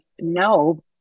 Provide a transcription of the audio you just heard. no